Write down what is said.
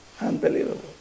Unbelievable